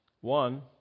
One